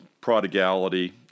prodigality